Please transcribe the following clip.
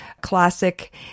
classic